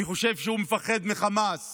אני חושב שהוא מפחד מחמאס